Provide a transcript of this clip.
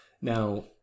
Now